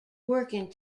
working